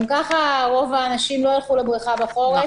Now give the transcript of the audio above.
גם ככה רוב האנשים לא ילכו לבריכה בחורף.